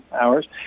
hours